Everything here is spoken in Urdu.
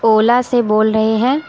اولا سے بول رہے ہیں